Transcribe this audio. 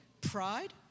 Pride